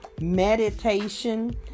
meditation